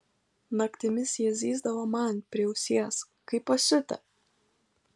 naktimis jie zyzdavo man prie ausies kaip pasiutę